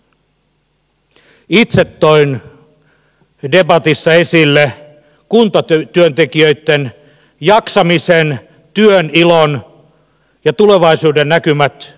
itse toin debatissa esille kuntatyöntekijöitten jaksamisen työn ilon ja tulevaisuudennäkymät muutostilanteessa